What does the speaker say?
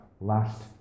last